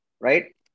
right